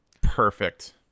Perfect